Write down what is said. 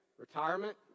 Retirement